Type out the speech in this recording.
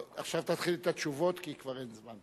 טוב, עכשיו תתחיל את התשובות, כי כבר אין זמן.